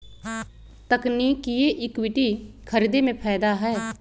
तकनिकिये इक्विटी खरीदे में फायदा हए